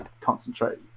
concentrate